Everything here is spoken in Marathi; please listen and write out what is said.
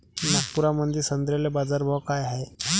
नागपुरामंदी संत्र्याले बाजारभाव काय हाय?